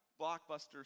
Blockbuster